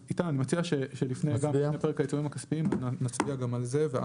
אז איתי אני מציע שלפני הפרק נצביע גם על זה.